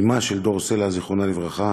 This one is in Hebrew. אמה של דור סלע, זיכרונה לברכה,